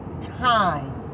time